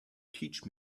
teach